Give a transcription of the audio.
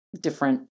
different